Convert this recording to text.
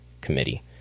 committee